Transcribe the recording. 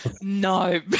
No